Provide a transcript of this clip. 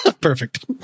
Perfect